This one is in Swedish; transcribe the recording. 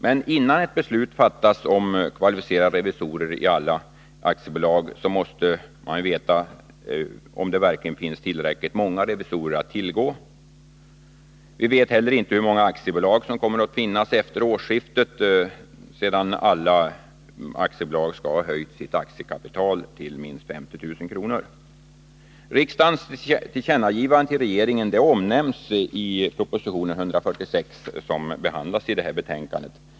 Men innan ett beslut fattas om kvalificerade revisorer i alla aktiebolag måste man veta att det verkligen finns tillräckligt många revisorer att tillgå. Vi vet inte heller hur många aktiebolag som kommer att finnas efter årsskiftet sedan alla aktiebolag skall ha höjt sitt aktiekapital till minst 50 000 kr. Riksdagens tillkännagivande till regeringen i höstas omnämns i proposition 146, som behandlas i föreliggande betänkande.